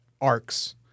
ARCs